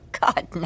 God